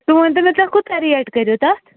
تُہۍ ؤنۍ تَو مےٚ تۄہہِ کوٗتاہ ریٹ کٔرِو تَتھ